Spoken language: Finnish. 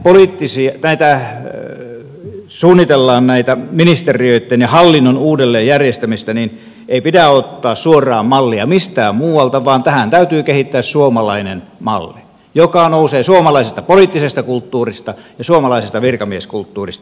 eli kun suunnitellaan näiden ministeriöitten ja hallinnon uudelleen järjestämistä niin ei pidä ottaa suoraan mallia mistään muualta vaan tähän täytyy kehittää suomalainen malli joka nousee suomalaisesta poliittisesta kulttuurista ja suomalaisesta virkamieskulttuurista